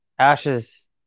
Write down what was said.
Ashes